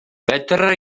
fedra